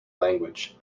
language